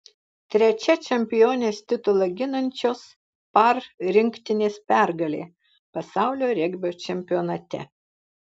trečia čempionės titulą ginančios par rinktinės pergalė pasaulio regbio čempionate